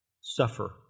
suffer